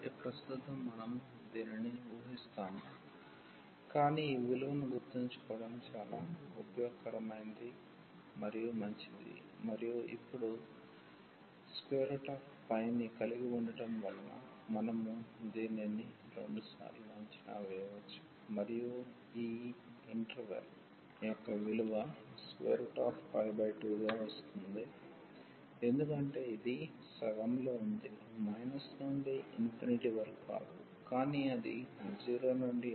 కాబట్టి ప్రస్తుతం మనము దీనిని ఊహిస్తాము కానీ ఈ విలువను గుర్తుంచుకోవడం చాలా ఉపయోగకరమైనది మరియు మంచిది మరియు ఇప్పుడు ని కలిగి ఉండటం వలన మనము దీనిని 2 సార్లు అంచనా వేయవచ్చు మరియు ఈ ఇంటర్వెల్ యొక్క విలువ 2 గా వస్తోంది ఎందుకంటే ఇది సగం లో ఉంది మైనస్ నుండి ఇన్ఫినిటీ వరకు కాదు కానీ అది 0 నుండి